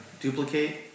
duplicate